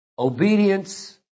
Obedience